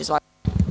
Izvolite.